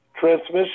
transmission